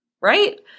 Right